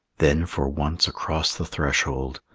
then for once across the threshold,